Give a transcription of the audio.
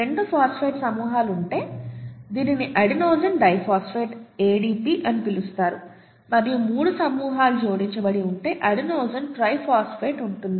2 phosphate సమూహాలు ఉంటే దీనిని అడెనోసిన్ డైఫాస్ఫేట్ ADP అని పిలుస్తారు మరియు 3 ఫాస్ఫేట్ సమూహాలు జోడించబడి ఉంటే అడెనోసిన్ ట్రైఫాస్ఫేట్ ఉంటుంది